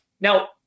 Now